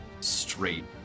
straight